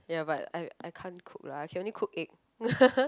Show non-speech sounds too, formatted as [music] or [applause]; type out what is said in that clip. ya but I I can't cook lah I can only cook egg [laughs]